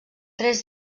tres